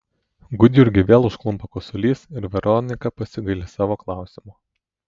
gudjurgį vėl užklumpa kosulys ir veronika pasigaili savo klausimo